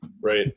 right